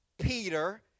Peter